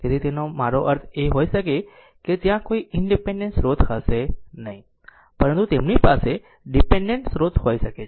તેથી તેનો મારો અર્થ એ હોઈ શકે કે તે ત્યાં કોઈ ઇનડીપેનડેન્ટ સ્રોત હશે નહીં પરંતુ તેમની પાસે ડીપેનડેન્ટ સ્રોત હોઈ શકે છે